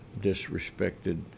disrespected